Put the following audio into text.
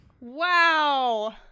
wow